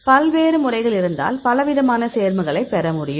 பல்வேறு முறைகள் இருந்தால் பலவிதமான சேர்மங்களைப் பெற முடியும்